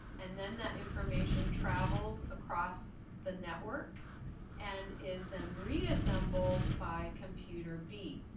and then that information travels across the network and is then reassembled by computer b.